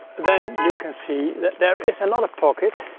then, you can see that there is another pocket